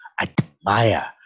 admire